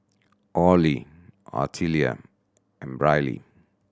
Orley Artelia and Briley